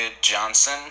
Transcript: Johnson